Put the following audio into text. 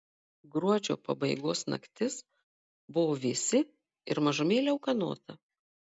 gruodžio pabaigos naktis buvo vėsi ir mažumėlę ūkanota